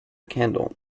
candle